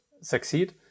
succeed